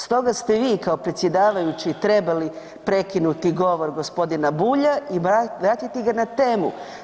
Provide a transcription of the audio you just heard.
Stoga ste vi kao predsjedavajući trebali prekinuti govor gospodina Bulja i vratiti ga na temu.